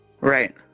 Right